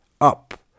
up